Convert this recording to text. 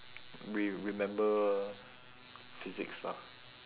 re~ remember physics stuff